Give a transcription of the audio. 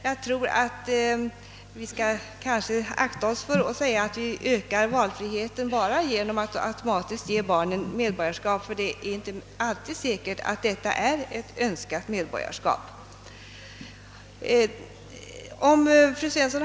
Jag tror att vi bör akta oss för att säga att vi ökar valfriheten genom att automatiskt ge barnet svenskt medborgarskap, ty det är inte säkert att det alltid är ett önskat medborgarskap.